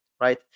right